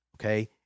okay